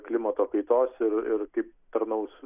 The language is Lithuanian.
klimato kaitos ir ir kaip tarnaus